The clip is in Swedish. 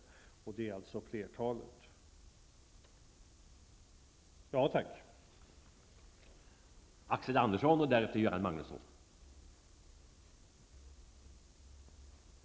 Detta är alltså fallet vad gäller flertalet län.